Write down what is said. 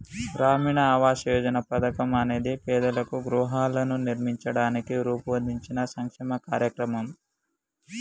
గ్రామీణ ఆవాస్ యోజన పథకం అనేది పేదలకు గృహాలను నిర్మించడానికి రూపొందించిన సంక్షేమ కార్యక్రమం